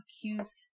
accuse